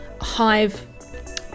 Hive